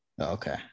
Okay